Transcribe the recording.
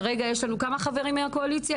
כרגע כמה חברים יש לנו מהקואליציה?